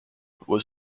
was